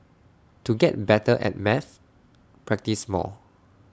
to get better at maths practise more